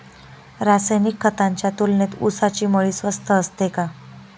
रासायनिक खतांच्या तुलनेत ऊसाची मळी स्वस्त असते का?